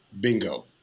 Bingo